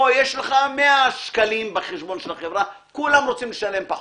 או יש לך 100 שקלים בחשבון החברה כולם רוצים לשלם פחות.